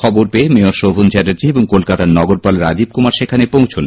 খবর পেয়ে মেয়র শোভন চ্যাটার্জি এবং কলকাতার নগরপাল রাজীব কুমার সেখানে পৌঁছন